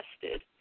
tested